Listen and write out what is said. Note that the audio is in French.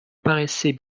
paraissait